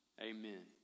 Amen